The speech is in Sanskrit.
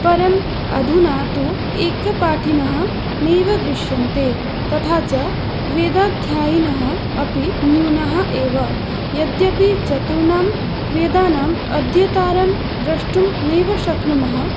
परम् अधुना तु एकपाठिनः नैव दृश्यन्ते तथा च वेदाध्यायिनः अपि न्यूनाः एव यद्यपि चतुर्णां वेदानाम् अध्येतॄन् द्रष्टुं नैव शक्नुमः